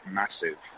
massive